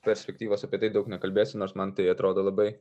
perspektyvos apie tai daug nekalbėsim nors man tai atrodo labai